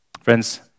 Friends